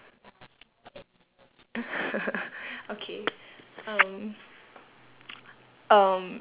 okay um um